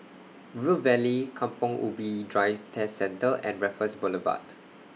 River Valley Kampong Ubi Driving Test Centre and Raffles Boulevard